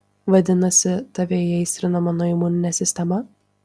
vadinasi tave įaistrino mano imuninė sistema